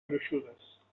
gruixudes